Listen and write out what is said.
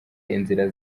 inzira